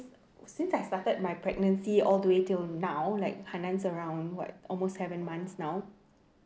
since I started my pregnancy all the way till now like hanan's around what almost seven months now